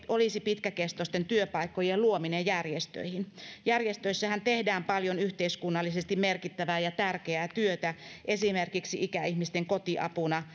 olisi pitkäkestoisten työpaikkojen luominen järjestöihin järjestöissähän tehdään paljon yhteiskunnallisesti merkittävää ja tärkeää työtä esimerkiksi ikäihmisten kotiapuna